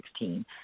2016 –